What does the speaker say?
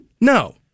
No